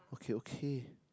okay okay